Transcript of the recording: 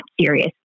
serious